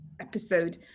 episode